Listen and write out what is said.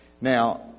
Now